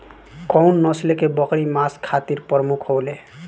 कउन नस्ल के बकरी मांस खातिर प्रमुख होले?